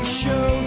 show